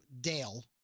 Dale